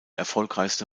erfolgreichste